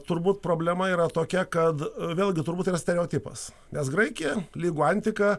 turbūt problema yra tokia kad vėlgi turbūt yra stereotipas nes graikija lygu antika